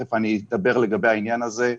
תיכף אני אדבר לגבי העניין הזה,